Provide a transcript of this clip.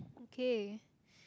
okay